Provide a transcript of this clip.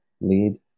lead